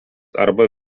arba